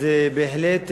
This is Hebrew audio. אז בהחלט,